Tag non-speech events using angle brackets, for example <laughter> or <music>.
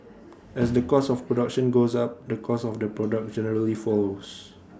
<noise> as the cost of production goes up the cost of the product generally follows